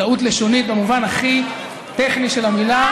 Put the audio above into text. טעות לשונית במובן הכי טכני של המילה.